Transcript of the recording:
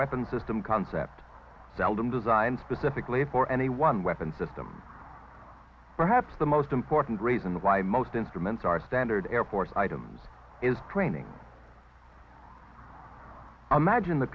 weapons system concept seldom designed specifically for anyone weapons of them perhaps the most important reason why most instruments are standard airports items is training i imagine the